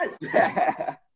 Yes